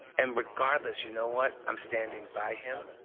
and regardless, you know what, i'm standing by him,